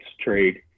trade